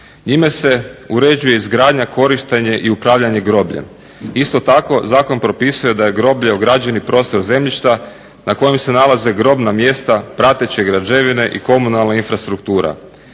Njime se uređuje izgradnja, korištenje i upravljanje grobljem. Isto tako zakon propisuje da je groblje ograđeni prostor zemljišta na kojem se nalaze grobna mjesta, prateće građevine i komunalna infrastruktura,